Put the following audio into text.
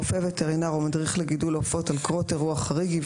רופא וטרינר או מדריך לגידול עופות על קרות אירוע חריג,